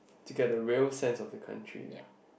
to get the real sense of the country